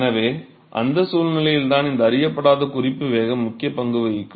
எனவே அந்த சூழ்நிலையில்தான் இந்த அறியப்படாத குறிப்பு வேகம் முக்கிய பங்கு வகிக்கும்